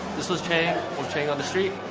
this was cheng, with cheng on the street,